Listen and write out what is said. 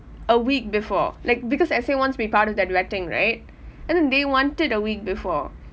a week before like because S_A wants to be part of that vetting right and then they wanted a week before